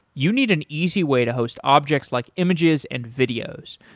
you need an easy way to host objects like images and videos.